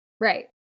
Right